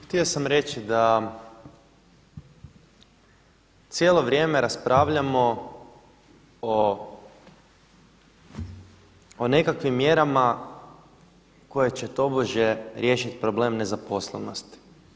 Htio sam reći da cijelo vrijeme raspravljamo o nekakvim mjerama koje će tobože riješit problem nezaposlenosti.